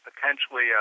potentially